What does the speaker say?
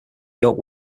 york